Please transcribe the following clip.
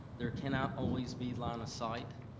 there cannot always be line of sight.